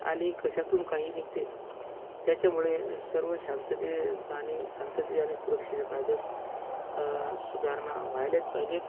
आणि कशातून काही निघते त्याच्यामुळे सर्व शांततेत आणि शांततेत आणि सुरक्षेच्या कायद्यात सुधारणा व्हायलाच पाहिजेत